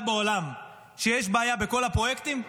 בעולם שיש בה בעיה בכל הפרויקטים?